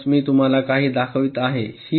म्हणून मी तुम्हाला काही दाखवित आहे